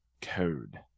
code